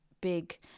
big